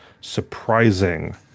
surprising